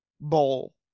bowl